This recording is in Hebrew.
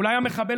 אולי המחבל,